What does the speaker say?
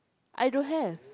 I don't have